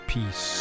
Peace